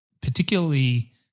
particularly